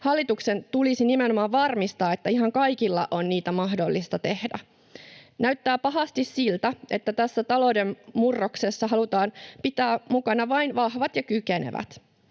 Hallituksen tulisi nimenomaan varmistaa, että ihan kaikkien on niitä mahdollista tehdä. Näyttää pahasti siltä, että tässä talouden murroksessa halutaan pitää mukana vain vahvat ja kykenevät.